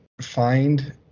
find